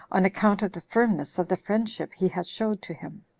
on account of the firmness of the friendship he had showed to him.